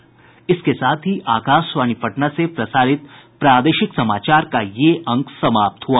इसके साथ ही आकाशवाणी पटना से प्रसारित प्रादेशिक समाचार का ये अंक समाप्त हुआ